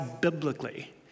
biblically